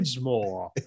more